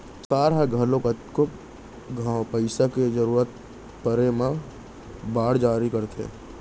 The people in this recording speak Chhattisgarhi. सरकार ह घलौ कतको घांव पइसा के जरूरत परे म बांड जारी करथे